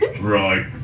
Right